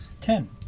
Ten